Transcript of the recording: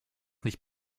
nicht